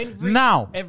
Now